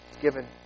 given